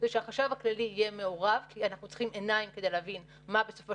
זה שהחשב הכללי יהיה מעורב כי אנחנו צריכים עיניים כדי להבין מה בסופו